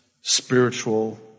spiritual